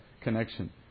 connection